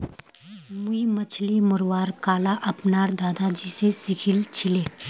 मुई मछली मरवार कला अपनार दादाजी स सीखिल छिले